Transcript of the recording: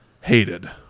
hated